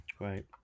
right